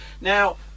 now